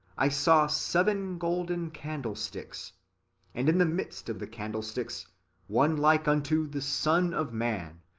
i saw seven golden candlesticks and in the midst of the candlesticks one like unto the son of man,